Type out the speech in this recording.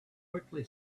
quickly